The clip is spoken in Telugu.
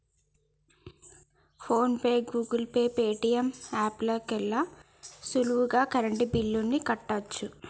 phone pay, Google Pay, Paytm app లోకెల్లి సులువుగా కరెంటు బిల్లుల్ని కట్టచ్చు